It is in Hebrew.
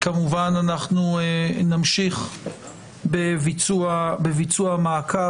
כמובן אנחנו נמשיך בביצוע המעקב,